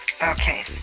okay